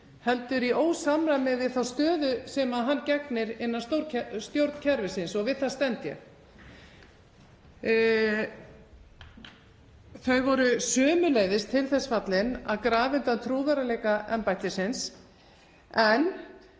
heldur í ósamræmi við þá stöðu sem hann gegnir innan stjórnkerfisins og við það stend ég. Þau voru sömuleiðis til þess fallin að grafa undan trúverðugleika embættisins. En